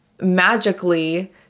magically